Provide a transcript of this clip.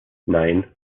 nein